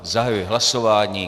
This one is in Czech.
Zahajuji hlasování.